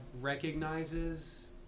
recognizes